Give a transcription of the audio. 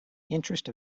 interest